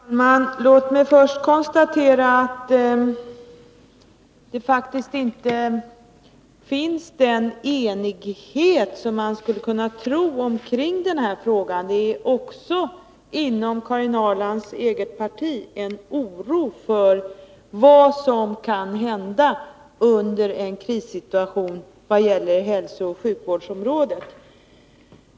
Herr talman! Låt mig först konstatera att det faktiskt inte råder den enighet kring den här frågan som man skulle kunna tro. Det finns också inom Karin Ahrlands eget parti en oro för vad som kan hända på hälsooch sjukvårdsområdet i en krigssituation.